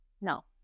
no